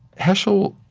heschel